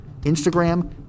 Instagram